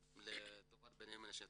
לטובת בני מנשה.